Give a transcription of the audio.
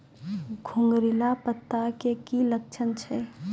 घुंगरीला पत्ता के की लक्छण छै?